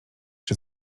czy